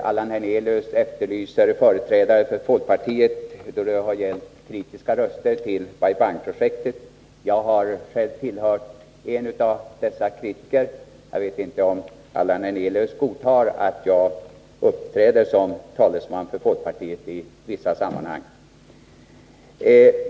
Allan Hernelius efterlyser kritiska röster från företrädare för folkpartiet när det gäller Bai Bang-projektet. Jag har själv tillhört dessa kritiker — jag vet inte om Allan Hernelius godtar att jag uppträder som talesman för folkpartiet.